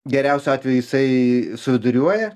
geriausiu atveju jisai suviduriuoja